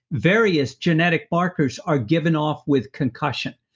various genetic markers are given off with concussion,